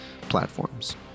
platforms